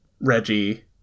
Reggie